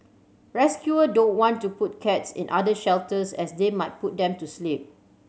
rescuer don't want to put cats in other shelters as they might put them to sleep